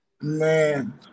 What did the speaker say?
Man